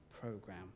program